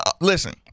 Listen